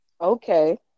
Okay